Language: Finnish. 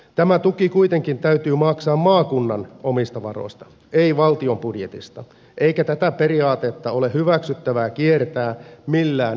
tämä tuki kuitenkin täytyy maksaa maakunnan omista varoista ei valtion budjetista eikä tätä periaatetta ole hyväksyttävää kiertää millään erityisjärjestelyillä